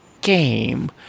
game